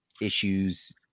issues